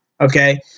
Okay